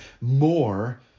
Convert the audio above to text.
more